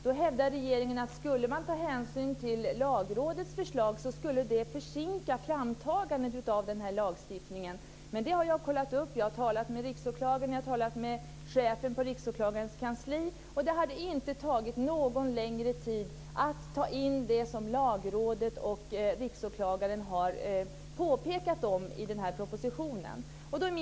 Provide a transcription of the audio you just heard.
Nu hävdar regeringen att om man ska ta hänsyn till Lagrådets förslag skulle det försinka framtagandet av lagstiftningen. Jag har kontrollerat det. Jag har talat med chefen på Riksåklagarens kansli. Det hade inte tagit längre tid att ta med det som Lagrådet och Riksåklagaren har haft påpekanden om i propositionen.